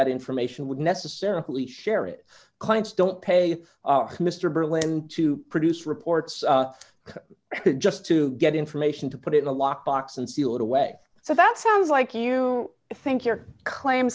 that information would necessarily share it clients don't pay mr berlin to produce reports just to get information to put it in a lockbox and seal it away so that sounds like you think your claim